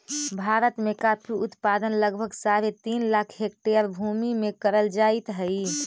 भारत में कॉफी उत्पादन लगभग साढ़े तीन लाख हेक्टेयर भूमि में करल जाइत हई